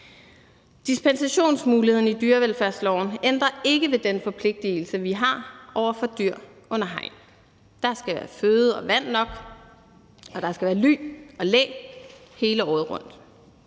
Dispensationsmuligheden i dyrevelfærdsloven ændrer ikke ved den forpligtigelse, vi har over for dyr under hegn: Der skal være føde og vand nok, og der skal være ly og læ hele året rundt.